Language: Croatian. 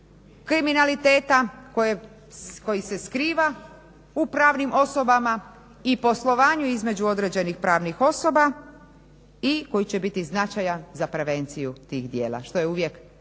kriminaliteta, koji se skriva u pravnim osobama i poslovanju između određenih pravnih osoba i koji će biti značajan za prevenciju tih dijela, što je uvijek najvažnije.